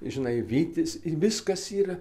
žinai vytis ir viskas yra